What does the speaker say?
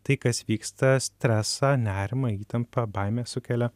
tai kas vyksta stresą nerimą įtampą baimę sukelia